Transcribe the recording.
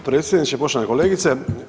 potpredsjedniče, poštovana kolegice.